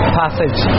passage